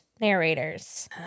narrators